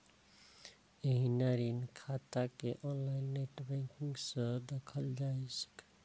एहिना ऋण खाता कें ऑनलाइन नेट बैंकिंग सं देखल जा सकैए